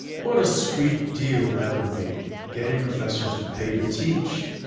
what a sweet deal that would be getting professors to pay to teach,